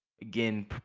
again